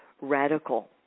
radical